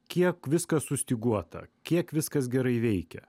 kiek viskas sustyguota kiek viskas gerai veikia